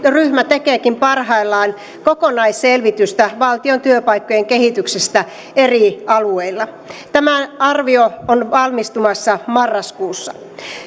tekeekin parhaillaan kokonaisselvitystä valtion työpaikkojen kehityksestä eri alueilla tämä arvio on valmistumassa marraskuussa